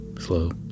slow